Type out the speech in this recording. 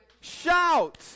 shout